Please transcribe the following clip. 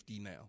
now